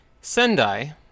Sendai